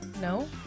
No